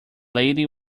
lady